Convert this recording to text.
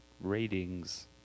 ratings